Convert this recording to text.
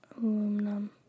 Aluminum